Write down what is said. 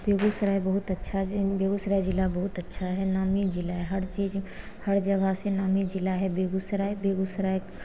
बेगूसराय बहुत अच्छा बेगूसराय जिला बहुत अच्छा है नामी जिला है हर चीज हर जगह से नामी जिला है बेगूसराय बेगूसराय